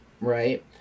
Right